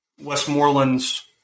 Westmoreland's